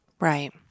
Right